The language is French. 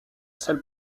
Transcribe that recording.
seule